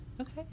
Okay